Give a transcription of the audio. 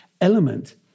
element